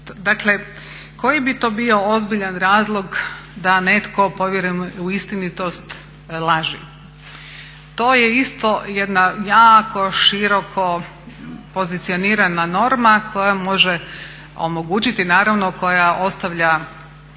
Dakle koji bi to bio ozbiljan razlog da netko povjeruje u istinitost laži? To je isto jedna jako široko pozicionirana norma koja može omogućiti naravno, koja ostavlja